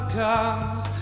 comes